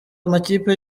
amakipe